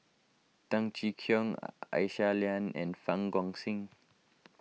Tan Cheng Kee Aisyah Lyana and Fang Guixiang